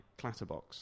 Clatterbox